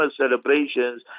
celebrations